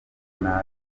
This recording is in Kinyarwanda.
nabi